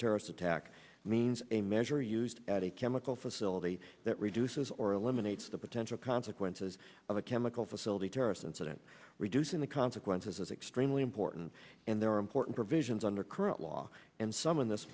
a terrorist attack means a measure used at a chemical facility that reduces or eliminates the potential consequences of a chemical facility terrorist incident reducing the consequences is extremely important and there are important provisions under current law and some in this